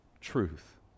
Truth